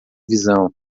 visão